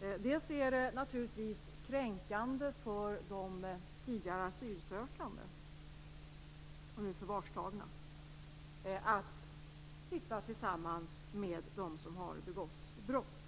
det. Det är naturligtvis kränkande för de tidigare asylsökande, och nu förvarstagna, att sitta tillsammans med dem som har begått brott.